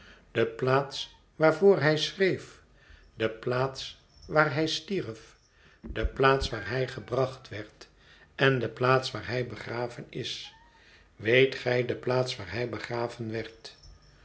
de plaats waarvoor hij schreef de plaats waar hij stierf de plaats waar hij gebracht werd en de plaats waar hij begraven is weet gij de plaats waar hij begraven werd